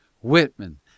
Whitman